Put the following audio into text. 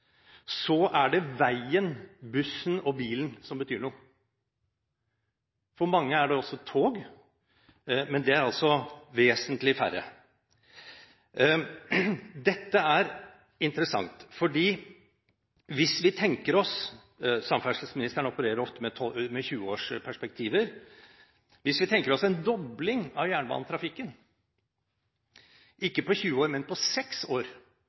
er det veien, bussen og bilen som betyr noe. For mange er det også tog, men det er altså vesentlig færre. Dette er interessant. Hvis vi tenker oss – samferdselsministeren opererer ofte med 20-årsperspektiver – en dobling av jernbanetrafikken, ikke på 20 år, men på seks år,